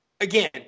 again